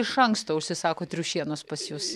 iš anksto užsisako triušienos pas jus